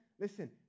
listen